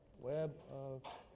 web of